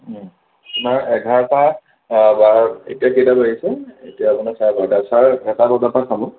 আপোনাৰ এঘাৰটা বাৰ এতিয়া কেইটা বাজিছে এতিয়া আপোনাৰ চাৰে বাৰটা ছাৰে এঘাৰটা বজাৰ পৰা চাব